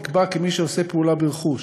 נקבע כי מי שעושה פעולה ברכוש